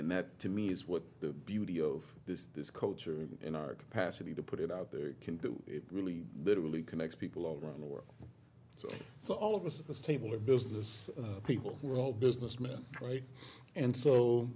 in that to me is what the beauty of this this culture in our capacity to put it out there can do really literally connects people all around the world so so all of us at this table are business people who are all businessmen right and so